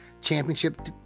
championship